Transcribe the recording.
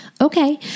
Okay